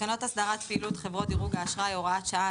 תקנות הסדרת פעילות הדירוג בחברות האשראי (הוראת שעה),